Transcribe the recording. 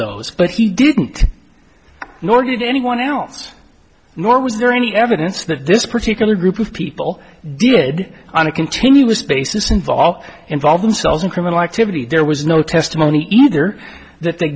those but he didn't nor did anyone else nor was there any evidence that this particular group of people did on a continuous basis involved involve themselves in criminal activity there was no testimony either that the